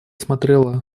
смотрела